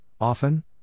often